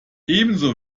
ebenso